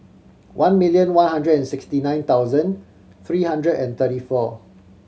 one million one hundred and sixty nine thousand three hundred and thirty four